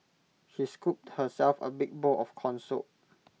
she scooped herself A big bowl of Corn Soup